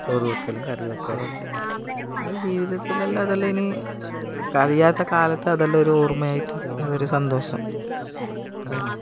ചോറ് വെക്കലും കറി വെക്കലും പിന്നെ ജീവിതത്തിലതല്ലാ ഇനി ഇപ്പം അറിയാത്ത കാലത്തെല്ലാം അതെല്ലാം ഒരോർമ്മയായിട്ട് അതൊരു സന്തോഷം അത്ര തന്നെ